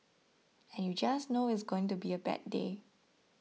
and you just know it's going to be a bad day